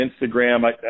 Instagram